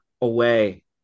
away